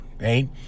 right